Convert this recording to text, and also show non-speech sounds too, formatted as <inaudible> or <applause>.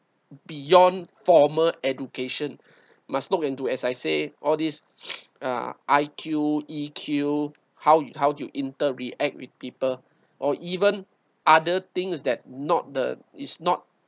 beyond formal education must look into as I say all this <noise> uh I_Q E_Q how you how you interact with people or even other things that not the is not